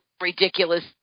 ridiculous